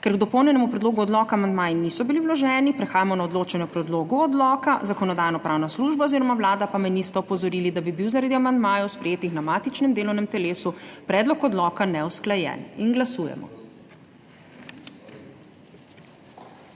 Ker k dopolnjenemu predlogu odloka amandmaji niso bili vloženi, prehajamo na odločanje o predlogu odloka. Zakonodajno-pravna služba oziroma Vlada pa me nista opozorili, da bi bil zaradi amandmajev, sprejetih na matičnem delovnem telesu, predlog odloka neusklajen. Glasujemo.